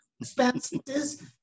expenses